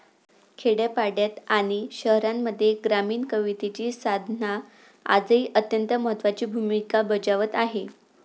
खेड्यापाड्यांत आणि शहरांमध्ये ग्रामीण कवितेची साधना आजही अत्यंत महत्त्वाची भूमिका बजावत आहे